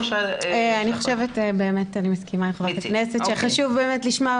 אני מסכימה עם חברת הכנסת שחשוב באמת לשמוע